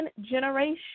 generation